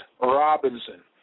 Robinson